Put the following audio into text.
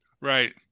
Right